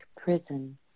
prison